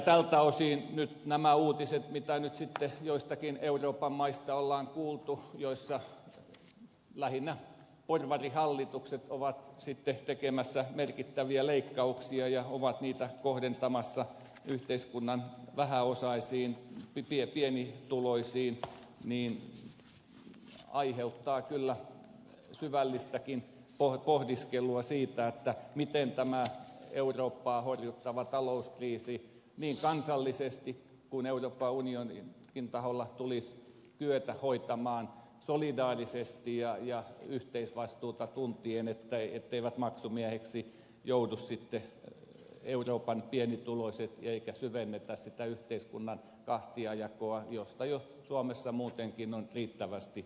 tältä osin nyt nämä uutiset mitä joistakin euroopan maista on kuultu joissa lähinnä porvarihallitukset ovat sitten tekemässä merkittäviä leikkauksia ja ovat niitä kohdentamassa yhteiskunnan vähäosaisiin pienituloisiin aiheuttavat kyllä syvällistäkin pohdiskelua siitä miten tämä eurooppaa horjuttava talouskriisi niin kansallisesti kuin euroopan unioninkin taholla tulisi kyetä hoitamaan solidaarisesti ja yhteisvastuuta tuntien etteivät maksumiehiksi joudu sitten euroopan pienituloiset eikä syvennetä sitä yhteiskunnan kahtiajakoa josta jo suomessa muutenkin on riittävästi esimerkkejä